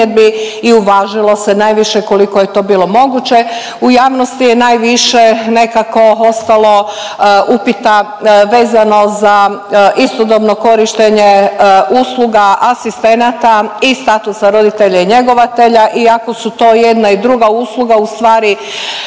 primjedbi i uvažilo se najviše koliko je to bilo moguće. U javnosti je najviše nekako ostalo upita vezano za istodobno korištenje usluga asistenata i statusa roditelja i njegovatelja iako su to jedna i druga usluga ustvari